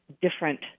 different